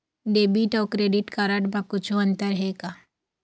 Debit अऊ credit card म कुछू अंतर हे का?